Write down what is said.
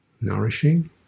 nourishing